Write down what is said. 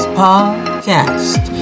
podcast